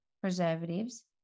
preservatives